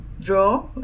draw